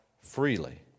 freely